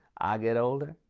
i get older,